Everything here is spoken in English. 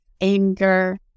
anger